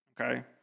okay